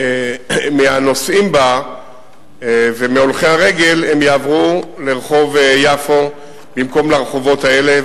מהנוסעים בה ומהולכי הרגל יעברו לרחוב יפו במקום לרחובות האלה,